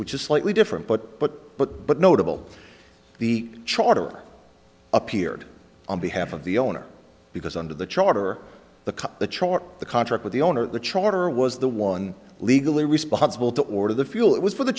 which is slightly different but but but but notable the charter appeared on behalf of the owner because under the charter the the chart the contract with the owner of the charter was the one legally responsible to order the fuel it was for the